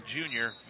junior